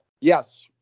Yes